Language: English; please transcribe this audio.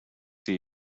see